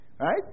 right